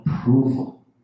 approval